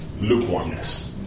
lukewarmness